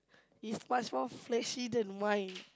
is much more fleshy than mine